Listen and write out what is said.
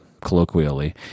colloquially